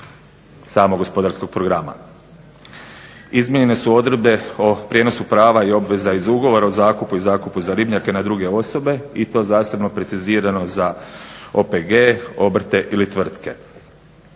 samog gospodarskog programa. Izmijenjene su odredbe o prijenosu prava i obveza iz ugovora o zakupu i zakupu za ribnjake na druge osobe i to zasebno precizirano za OPG, obrte ili tvrtke.